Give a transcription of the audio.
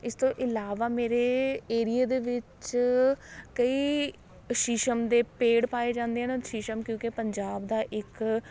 ਇਸ ਤੋਂ ਇਲਾਵਾ ਮੇਰੇ ਏਰੀਏ ਦੇ ਵਿੱਚ ਕਈ ਸ਼ੀਸ਼ਮ ਦੇ ਪੇੜ ਪਾਏ ਜਾਂਦੇ ਆ ਨਾ ਸ਼ੀਸ਼ਮ ਕਿਉਂਕਿ ਪੰਜਾਬ ਦਾ ਇੱਕ